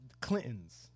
Clinton's